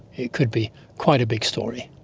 it could be quite a big story.